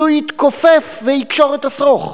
אז הוא יתכופף ויקשור את השרוך.